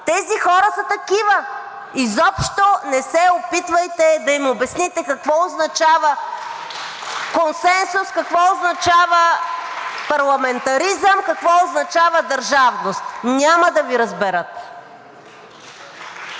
Тези хора са такива. Изобщо не се опитвайте да им обясните какво означава (ръкопляскания от ГЕРБ СДС) консенсус, какво означава парламентаризъм, какво означава държавност! Няма да Ви разберат!